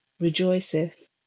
rejoiceth